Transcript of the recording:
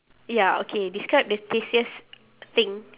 ya okay describe the tastiest thing